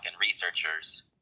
researchers